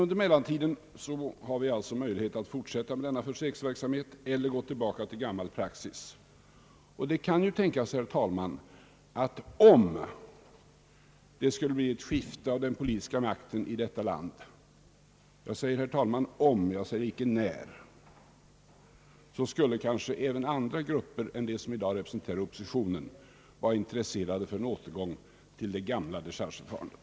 Under mellantiden har vi emellertid möjlighet att fortsätta med denna försöksverksamhet eller att gå tillbaka till gammal praxis. Det kan tänkas, herr talman, att om det skulle bli ett skifte av den politiska makten här i landet — jag säger om, jag säger icke när — skulle kanske även andra grupper än de som i dag representerar oppositionen vara intresserade av en återgång till det gamla dechargeförfarandet.